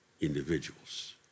individuals